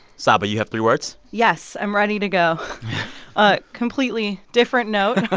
saba, you have three words? yes. i'm ready to go ah completely different note ok